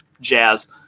jazz